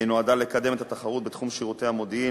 נועדה לקדם את התחרות בתחום שירותי המודיעין,